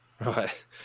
right